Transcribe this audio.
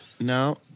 no